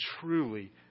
truly